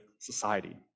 society